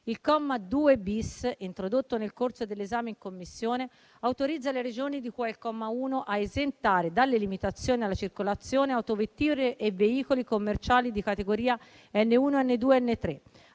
Il comma 2-*bis*, introdotto nel corso dell'esame in Commissione, autorizza le Regioni di cui al comma 1 a esentare dalle limitazioni alla circolazione autovetture e veicoli commerciali di categoria N1, N2 e N3